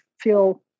feel